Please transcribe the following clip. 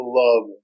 love